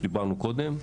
שעליו דיברנו קודם,